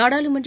நாடாளுமன்ற